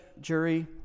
jury